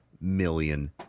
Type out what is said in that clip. million